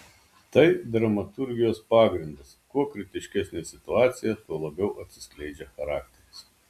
tai dramaturgijos pagrindas kuo kritiškesnė situacija tuo labiau atsiskleidžia charakteris